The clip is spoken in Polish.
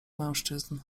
mężczyzn